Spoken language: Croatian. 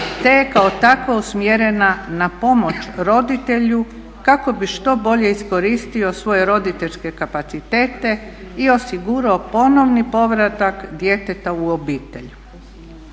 te je kao takva usmjerena na pomoć roditelju kako bi što bolje iskoristio svoje roditeljske kapacitete i osigurao ponovni povratak djeteta u obitelj.